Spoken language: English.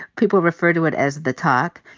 people refer to it as the talk.